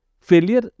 failure